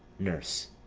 nurse.